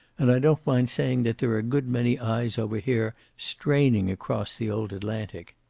and i don't mind saying that there are a good many eyes over here straining across the old atlantic.